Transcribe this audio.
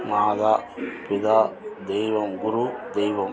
மாதா பிதா தெய்வம் குரு தெய்வம்